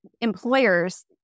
employers